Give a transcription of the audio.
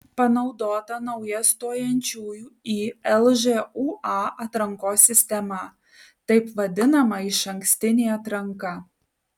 panaudota nauja stojančiųjų į lžūa atrankos sistema taip vadinama išankstinė atranka